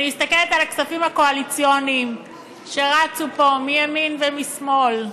אני מסתכלת על הכספים הקואליציוניים שרצו פה מימין ומשמאל,